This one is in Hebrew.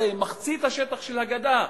הרי מחצית השטח של הגדה,